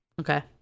Okay